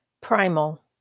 Primal